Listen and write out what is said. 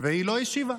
והיא לא השיבה.